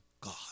God